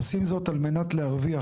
עושים זאת על מנת להרוויח,